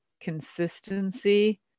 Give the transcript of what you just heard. consistency